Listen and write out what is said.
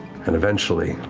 and eventually,